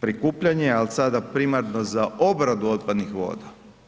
prikupljanje, ali sada primarno za obradu otpadnih voda.